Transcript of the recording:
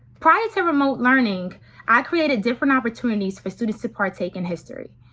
prior to remote learning i created different opportunities for students to partake in history.